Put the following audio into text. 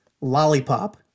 lollipop